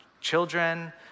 children